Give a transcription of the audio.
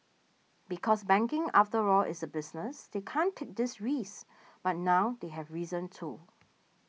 because banking after all is a business they can't take these risks but now they have reason to